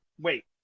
Wait